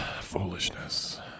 Foolishness